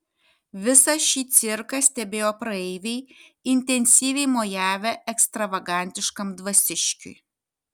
visa šį cirką stebėjo praeiviai intensyviai mojavę ekstravagantiškam dvasiškiui